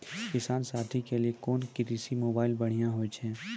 किसान साथी के लिए कोन कृषि मोबाइल बढ़िया होय छै?